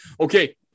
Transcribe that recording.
okay